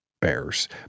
bears